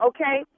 Okay